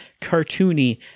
cartoony